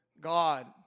God